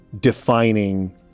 defining